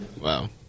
Wow